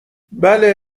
بله